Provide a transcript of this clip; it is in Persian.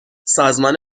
سازمان